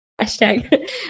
hashtag